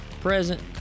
present